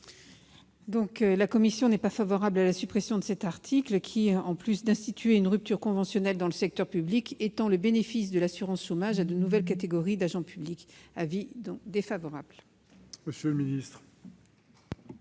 ? La commission n'est pas favorable à la suppression de cet article qui, en plus d'instituer une rupture conventionnelle dans le secteur public, étend le bénéfice de l'assurance chômage à de nouvelles catégories d'agents publics. Elle a donc émis